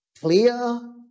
clear